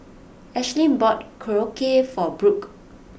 Ashlynn bought Korokke for Brook